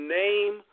name